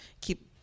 keep